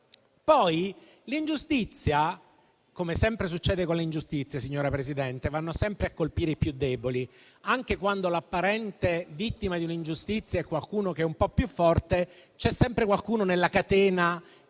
Poi l'ingiustizia, come sempre succede con le ingiustizie, signora Presidente, va sempre a colpire i più deboli, anche quando l'apparente vittima di un'ingiustizia è un po' più forte, c'è sempre qualcuno nella catena che